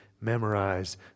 memorize